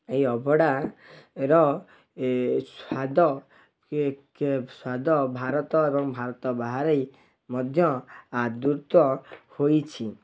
ଏହି ଅଭଡ଼ା ର ସ୍ୱାଦ ସ୍ୱାଦ ଭାରତ ଏବଂ ଭାରତ ବାହାରେ ମଧ୍ୟ ଆଦୃତ ହୋଇଛି